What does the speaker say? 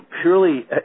purely